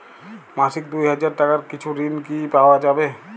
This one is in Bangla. মাসিক দুই হাজার টাকার কিছু ঋণ কি পাওয়া যাবে?